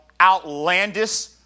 outlandish